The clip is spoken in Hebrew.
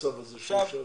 הצו הזה שאי אפשר